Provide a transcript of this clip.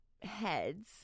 heads